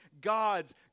God's